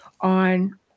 on